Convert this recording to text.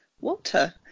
Walter